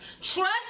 Trust